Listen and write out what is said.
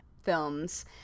films